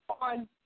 on